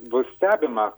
bus stebima